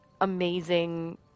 amazing